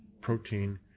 protein